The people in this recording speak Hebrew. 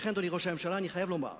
לכן, אדוני ראש הממשלה, אני חייב לומר,